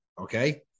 okay